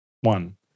One